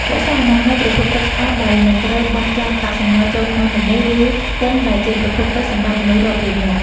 រក្សាអនាម័យប្រភពទឹកស្អាតដោយមិនត្រូវបោះចោលកាកសំណល់ចូលក្នុងទន្លេ ឬ ស្ទឹងដែលជាប្រភពទឹកសម្រាប់មនុស្សរាប់លាននាក់។